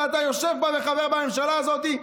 ואתה יושב בה וחבר בממשלה הזאת,